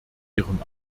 ihrem